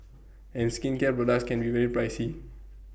and skincare products can be very pricey